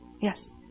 Yes